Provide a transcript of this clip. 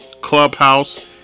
Clubhouse